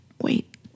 wait